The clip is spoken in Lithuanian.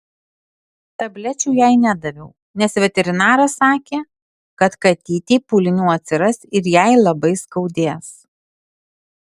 tablečių jai nedaviau nes veterinaras sakė kad katytei pūlinių atsiras ir jai labai skaudės